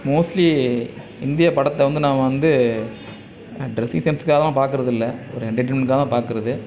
mostly இந்திய படத்தை வந்து நான் வந்து நான் டிரெஸ்ஸிங் சென்ஸ்க்காகலாம் பார்க்கறது இல்லை ஒரு எண்டெர்டெயின்மெண்ட்டுக்காக பார்க்குறது